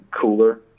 cooler